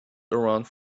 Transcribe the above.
around